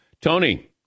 Tony